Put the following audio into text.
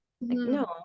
No